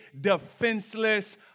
defenseless